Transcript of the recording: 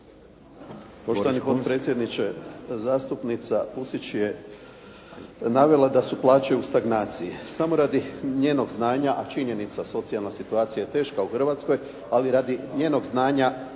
Poštovani potpredsjedniče, zastupnica Pusić je navela da su plaće u stagnaciji. Samo radi njenog znanja a činjenica, socijalna situacija je teška u Hrvatskoj, ali radi njenog znanja,